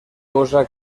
cosa